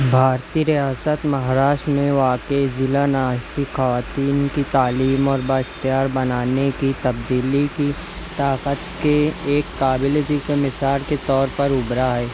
بھارتی ریاست مہاراشٹر میں واقع ضلع ناسک خواتین کی تعلیم اور بااختیار بنانے کی تبدیلی کی طاقت کے ایک قابل ذکر مثال کے طور پر ابھرا ہے